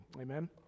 Amen